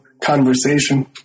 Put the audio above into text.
conversation